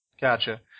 Gotcha